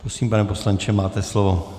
Prosím, pane poslanče, máte slovo.